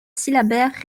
syllabaire